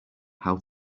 how